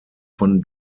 von